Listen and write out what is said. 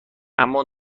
اما